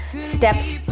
steps